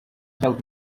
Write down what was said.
help